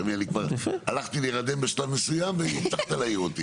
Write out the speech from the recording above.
אני כבר הלכתי להירדם בשלב מסוים והצלחת להעיר אותי.